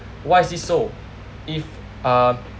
why is this so if uh